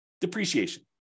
depreciation